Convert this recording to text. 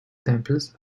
temples